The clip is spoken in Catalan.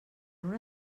una